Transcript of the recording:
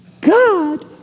God